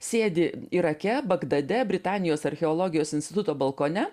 sėdi irake bagdade britanijos archeologijos instituto balkone